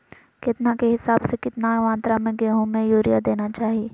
केतना के हिसाब से, कितना मात्रा में गेहूं में यूरिया देना चाही?